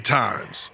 times